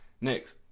Next